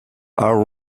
are